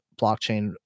blockchain